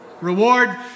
Reward